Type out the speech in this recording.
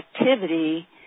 activity